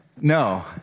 No